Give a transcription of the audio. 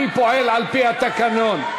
אני פועל על-פי התקנון.